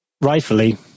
rightfully